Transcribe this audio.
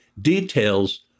details